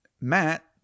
Matt